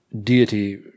deity